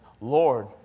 Lord